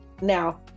Now